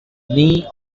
knee